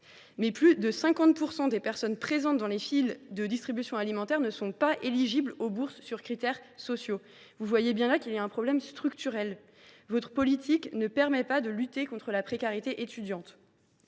plus de 50 % des personnes présentes dans les files de distribution alimentaire ne sont pas éligibles aux bourses sur critères sociaux. Vous le voyez bien, il y a là un problème structurel. Votre politique ne permet pas de lutter contre la précarité étudiante.